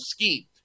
scheme